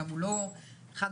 הוא גם לא חד-משמעי.